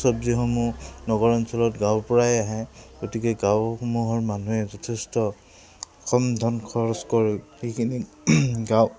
চব্জিসমূহ নগৰ অঞ্চলত গাঁৱৰ পৰাই আহে গতিকে গাঁওসমূহৰ মানুহে যথেষ্ট কম ধন খৰচ